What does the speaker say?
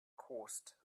caused